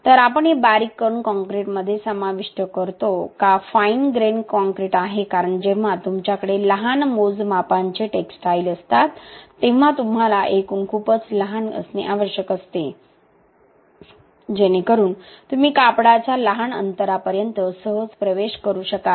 तर आपण हे बारीक कण कॉंक्रिटमध्ये समाविष्ट करतो का फाइन ग्रेन कॉंक्रिट आहे कारण जेव्हा तुमच्याकडे लहान मोजमापांचे टेक्सटाईलअसतात तेव्हा तुम्हाला एकुण खूपच लहान असणे आवश्यक असते जेणेकरुन तुम्ही कापडाच्या लहान अंतरापर्यंत सहज प्रवेश करू शकाल